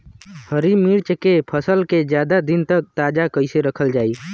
हरि मिर्च के फसल के ज्यादा दिन तक ताजा कइसे रखल जाई?